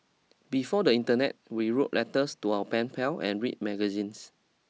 before the internet we wrote letters to our pen pal and read magazines